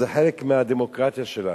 זה חלק מהדמוקרטיה שלנו.